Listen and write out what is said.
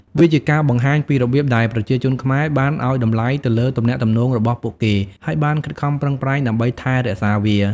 វាជាការបង្ហាញពីរបៀបដែលប្រជាជនខ្មែរបានឲ្យតម្លៃទៅលើទំនាក់ទំនងរបស់ពួកគេហើយបានខិតខំប្រឹងប្រែង ដើម្បីថែរក្សាវា។